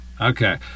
okay